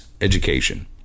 education